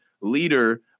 leader